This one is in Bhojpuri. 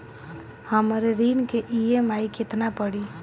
हमर ऋण के ई.एम.आई केतना पड़ी?